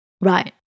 Right